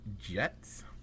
Jets